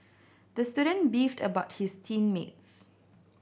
the student beefed about his team mates